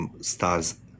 stars